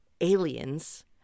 aliens